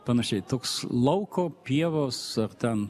panašiai toks lauko pievos ar ten